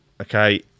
okay